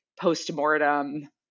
post-mortem